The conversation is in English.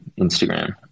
Instagram